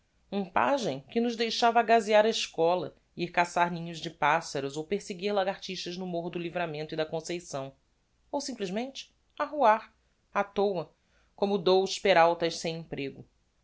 um pagem que nos deixava gazear a eschola ir caçar ninhos de passaros ou perseguir lagartixas no morro do livramento e da conceição ou simplesmente arruar á toa como dous peraltas sem emprego